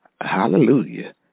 hallelujah